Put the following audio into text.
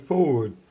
forward